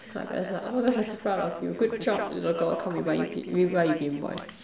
so my parents were oh we're so proud of you good job little girl come we buy you P we buy you game boy